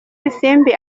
isimbi